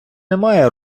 немає